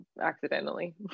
accidentally